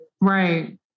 Right